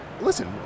listen